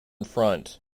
front